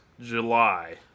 July